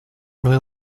really